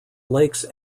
lakes